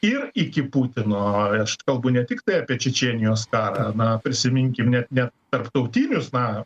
ir iki putino aš kalbu ne tiktai apie čečėnijos karą na prisiminkim net ne tarptautinius na